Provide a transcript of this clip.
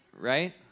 right